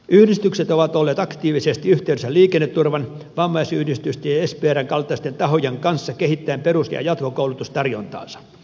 yhdistykset ovat olleet aktiivisesti yhteydessä liikenneturvan vammaisyhdistysten ja sprn kaltaisten tahojen kanssa kehittäen perus ja jatkokoulutustarjontaansa